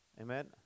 Amen